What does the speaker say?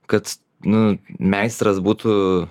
kad nu meistras būtų